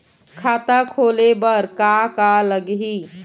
खाता खोले बर का का लगही?